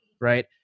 right